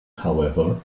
however